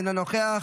אינו נוכח,